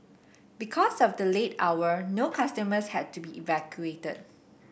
because of the late hour no customers had to be evacuated